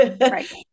Right